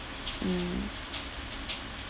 mm